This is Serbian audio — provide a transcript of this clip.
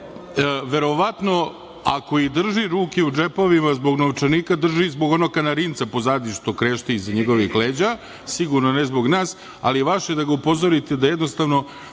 Verovatno, ako i drži ruke u džepovima zbog novčanika, ih drži zbog onog kanarinca pozadi što krešti iza njegovih leđa, sigurno ne zbog nas, ali je vaše da ga upozorite da je jednostavno,